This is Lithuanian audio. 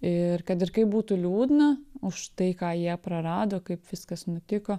ir kad ir kaip būtų liūdna už tai ką jie prarado kaip viskas nutiko